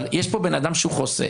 אבל יש פה בן אדם שהוא חוסה.